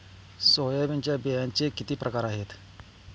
सोयाबीनच्या बियांचे किती प्रकार आहेत?